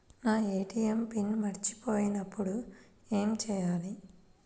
నా ATM pin మర్చిపోయినప్పుడు ఏమి చేయాలి?